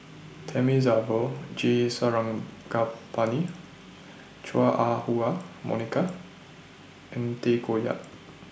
Thamizhavel G Sarangapani Chua Ah Huwa Monica and Tay Koh Yat